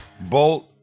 Bolt